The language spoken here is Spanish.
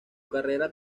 carrera